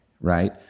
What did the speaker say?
right